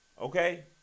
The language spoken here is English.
okay